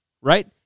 right